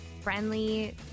friendly